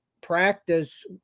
practice